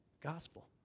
gospel